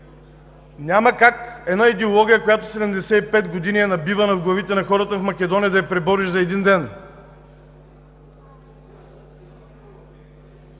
Няма как една идеология, която 75 години е набивана в главите на хората в Македония да я пребориш за един ден!